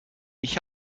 ich